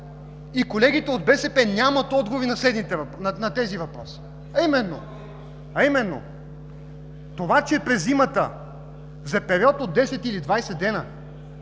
колегите от БСП също нямат отговори на тези въпроси, а именно, че през зимата за период от 10 или 20 дни